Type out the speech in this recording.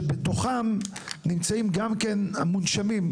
שבתוכם נמצאים גם המונשמים.